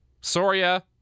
Soria